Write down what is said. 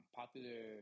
popular